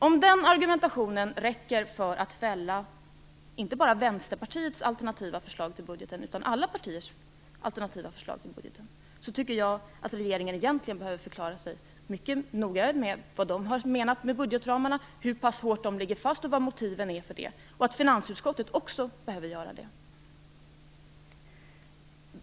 Om den argumentationen räcker för att fälla inte bara Vänsterpartiets utan alla partiers alternativa budgetförslag tycker jag att regeringen mycket noggrannare skall förklara vad de har menat med budgetramarna, hur pass hårt de ligger fast och vilka motiven är. Det behöver finansutskottet också göra.